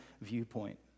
viewpoint